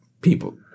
people –